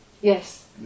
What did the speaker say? yes